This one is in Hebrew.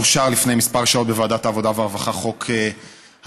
לפני כמה שעות בוועדת העבודה והרווחה אושר חוק הנכים,